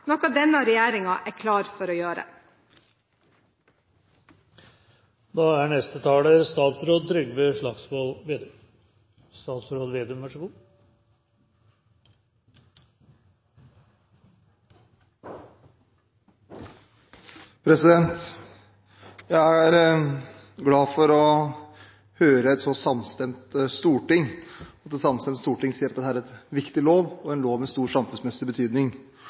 noe denne regjeringen er klar for å gjøre. Jeg er glad for å høre et så samstemt storting, og at et samstemt storting sier at dette er en viktig lov og en lov med stor samfunnsmessig betydning.